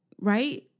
Right